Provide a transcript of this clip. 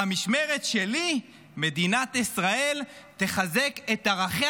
במשמרת שלי מדינת ישראל תחזק את ערכיה